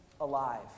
alive